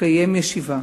תתקיים ישיבה